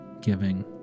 giving